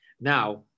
Now